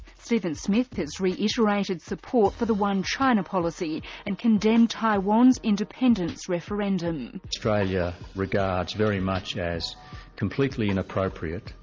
steven smith has reiterated support for the one china policy and condemned taiwan's independence referendum. australia regards very much as completely inappropriate,